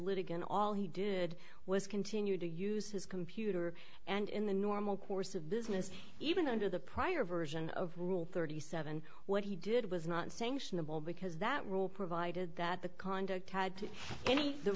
litigant all he did was continue to use his computer and in the normal course of business even under the prior version of rule thirty seven what he did was not sanction the ball because that rule provided that the conduct tied to any